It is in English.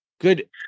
Good